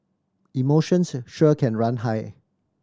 emotions sure can run high